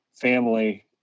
family